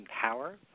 power